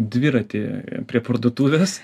dviratį prie parduotuvės